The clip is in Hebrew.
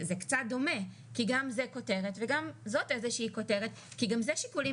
זה קצת דומה כי גם זאת כותרת וגם זאת איזושהי כותרת כי גם אלה שיקולים